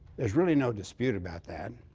there's really no dispute about that.